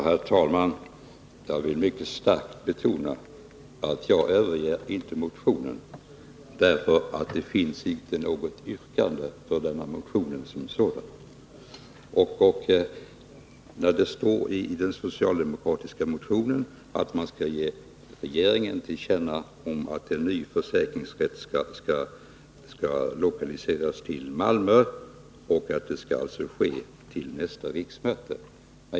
Herr talman! Jag vill mycket starkt betona att jag inte överger motionen. Det finns inte något yrkande för denna motion som sådan — det står i den socialdemokratiska reservationen att riksdagen skall ge regeringen till känna att en ny försäkringsrätt skall lokaliseras till Malmö och att regeringen bör återkomma med förslag härom till nästa riksmöte.